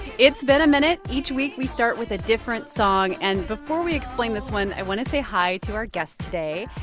it's been a minute. each week, we start with a different song. and before we explain this one, i want to say hi to our guests today.